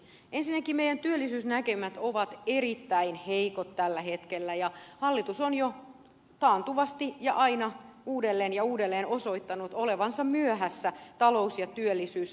ensinnäkin meidän työllisyysnäkymämme ovat erittäin heikot tällä hetkellä ja hallitus on jo taantuvasti ja aina uudelleen ja uudelleen osoittanut olevansa myöhässä talous ja työllisyysanalyysissään